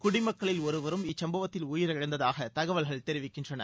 குடிமக்களில் ஒருவரும் இச்சம்பவத்தில் உயிரிழந்ததாக தகவல்கள் தெரிவிக்கின்றன